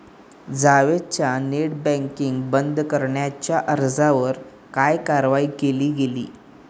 जावेदच्या net banking बंद करण्याच्या अर्जावर काय कारवाई केली गेली?